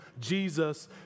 Jesus